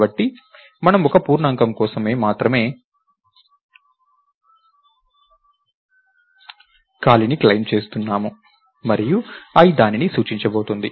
కాబట్టి మనము ఒక పూర్ణాంకం కోసం మాత్రమే ఖాళీని క్లెయిమ్ చేస్తున్నాము మరియు i దానిని సూచించబోతుంది